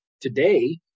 Today